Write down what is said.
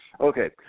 Okay